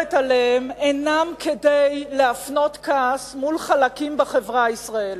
מדברת עליהם אינם כדי להפנות כעס אל חלקים בחברה הישראלית.